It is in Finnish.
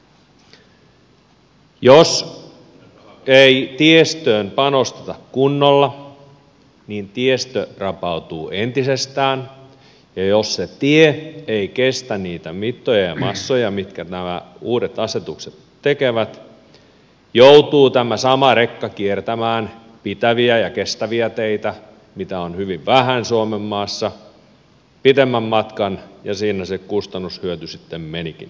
jos ei tiestöön panosteta kunnolla niin tiestö rapautuu entisestään ja jos se tie ei kestä niitä mittoja ja massoja mitä nämä uudet asetukset tekevät joutuu tämä sama rekka kiertämään pitäviä ja kestäviä teitä mitä on hyvin vähän suomenmaassa pitemmän matkan ja siinä se kustannushyöty sitten menikin